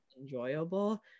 enjoyable